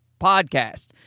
podcast